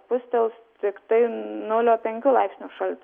spustels tiktai nulio penkių laipsnių šaltis